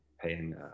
paying